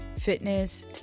fitness